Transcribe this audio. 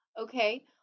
Okay